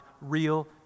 real